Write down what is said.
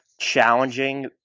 challenging